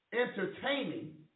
entertaining